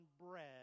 bread